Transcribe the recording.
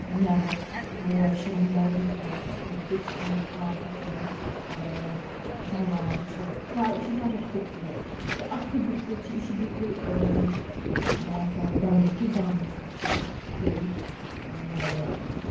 مٮ۪وٕ پوش رنٛگ بَرٕنۍ پوش چھِ اَتھ منٛز بیٚیہِ چھِ اَتھ منٛز آب وَسان فموار چھِ وار یہِ چھِ واریاہ خوٗبصوٗرت تہٕ اَتھ یہِ بٕتھِ کَنۍ چھِ یہِ چھِ بِلکُل یَتھ ڈَل یہِ کِس دامنَس پٮ۪ٹھ چھِ یِم سٲری مُغل گاڈَنٕز